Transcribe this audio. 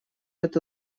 это